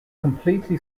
completely